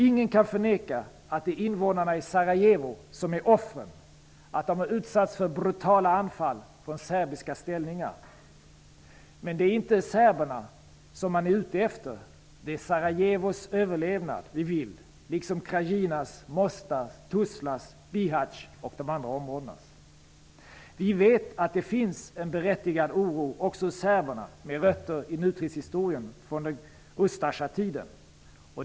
Ingen kan förneka att det är invånarna i Sarajevo som är offren och att de har utsatts för brutala anfall från serbiska ställningar. Men det är inte serberna man är ute efter. Det vi vill är Sarajevos överlevnad, liksom vi vill Krajinas, Mostars, Tuzlas, Bihac och andra områdens överlevnad. Vi vet att det finns en berättigad serbisk oro med rötter i nutidshistorien, nämligen från Ustasjatiden.